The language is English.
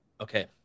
okay